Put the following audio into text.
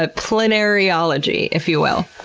ah planariology, if you will?